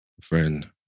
friend